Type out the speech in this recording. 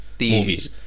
movies